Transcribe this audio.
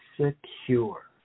secure